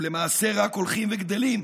ולמעשה רק הולכים וגדלים.